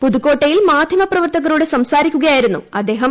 പുതുക്കോട്ടയിൽ മാധ്യമ പ്രവർത്തകരോട് സംസാരിക്കുകയായിരുന്നു അദ്ദേഹം